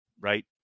right